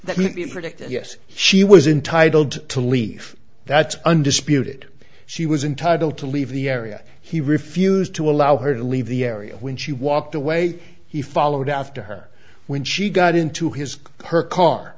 that may be protected yes she was entitled to leave that's undisputed she was entitled to leave the area he refused to allow her to leave the area when she walked away he followed after her when she got into his her car